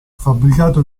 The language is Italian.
fabbricato